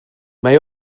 mae